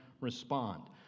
respond